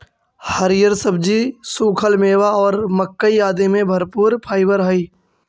हरिअर सब्जि, सूखल मेवा और मक्कइ आदि में भरपूर फाइवर हई